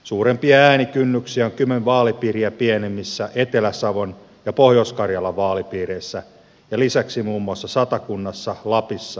suurempia äänikynnyksiä on kymen vaalipiiriä pienemmissä etelä savon ja pohjois karjalan vaalipiireissä ja lisäksi muun muassa satakunnassa lapissa ja keski suomessa